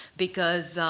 because